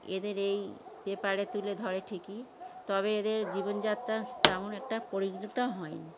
এদের এই পেপারে তুলে ধরে ঠিকই তবে এদের জীবনযাত্রা তেমন একটা পরিণত হয়নি